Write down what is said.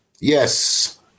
Yes